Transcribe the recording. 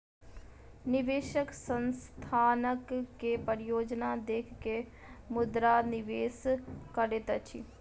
निवेशक संस्थानक के परियोजना देख के मुद्रा निवेश करैत अछि